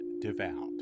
devout